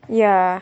ya